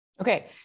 Okay